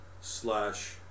slash